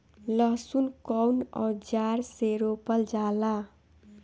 लहसुन कउन औजार से रोपल जाला?